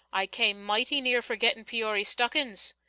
i came mighty near forgettin' peory's stockin's!